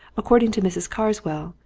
according to mrs. carswell,